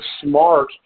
smart